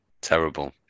terrible